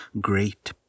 great